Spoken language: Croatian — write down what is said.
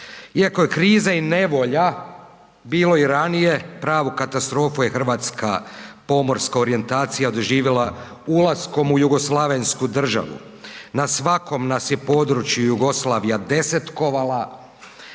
Iako je kriza i nevolja bilo i ranije pravu katastrofu je Hrvatska pomorska orijentacija doživjela ulaskom u Jugoslavensku državu. Na svakom nas je području Jugoslavija desetkovala,